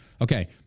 Okay